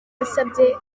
yasabye